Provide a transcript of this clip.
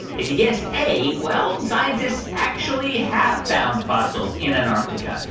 if you guessed a, well, scientists actually have found fossils in antarctica.